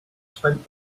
spent